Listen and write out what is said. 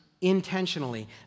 intentionally